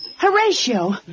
Horatio